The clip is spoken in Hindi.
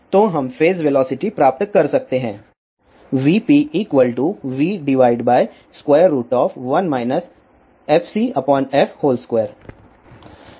तो हम फेज वेलोसिटी प्राप्त कर सकते हैं vpv1 fcf2